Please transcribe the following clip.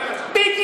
בוא, אענה לך.